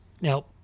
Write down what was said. now